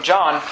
John